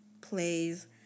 plays